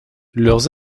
leurs